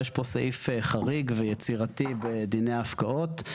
יש פה סעיף חריג ויצירתי בדיני הפקעות.